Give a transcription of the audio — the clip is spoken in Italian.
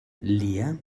liam